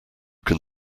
can